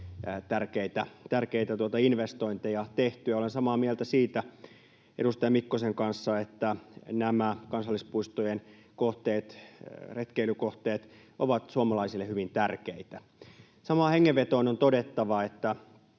tärkeitä investointeja tehtyä. Olen samaa mieltä edustaja Mikkosen kanssa siitä, että nämä kansallispuistojen kohteet ja retkeilykohteet ovat suomalaisille hyvin tärkeitä. Samaan hengenvetoon on todettava, että